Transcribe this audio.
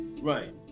right